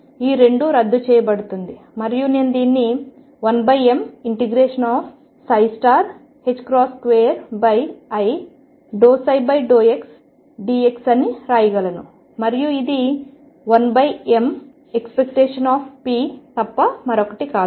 ఈ రెండు రద్దు చేయబడుతుంది మరియు నేను దీనిని 1mi ∂ψ∂xdx అని రాయగలను మరియు ఇది 1m⟨p⟩ తప్ప మరొకటి కాదు